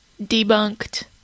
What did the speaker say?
debunked